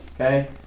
Okay